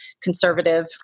conservative